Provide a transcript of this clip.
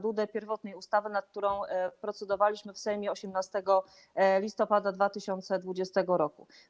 Dudę pierwotnej ustawy, nad którą procedowaliśmy w Sejmie 18 listopada 2020 r.